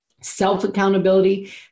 self-accountability